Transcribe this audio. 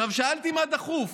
שאלתי מה דחוף.